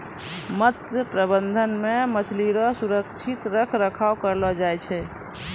मत्स्य प्रबंधन मे मछली रो सुरक्षित रख रखाव करलो जाय छै